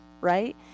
right